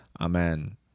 Amen